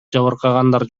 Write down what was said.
жабыркагандар